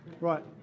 Right